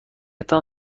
تان